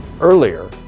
Earlier